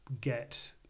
get